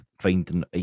finding